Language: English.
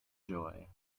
joy